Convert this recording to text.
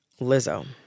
Lizzo